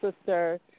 sister